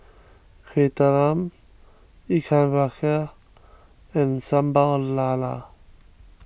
Kueh Talam Ikan Bakar and Sambal Lala